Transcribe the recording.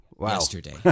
yesterday